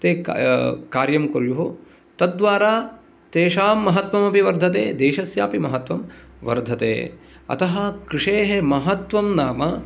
ते कार्यं कुर्युः तद्वारा तेषां महत्वमपि वर्धते देशस्यापि महत्वम् वर्धते अतः कृषेः महत्वं नाम